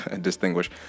distinguish